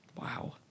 Wow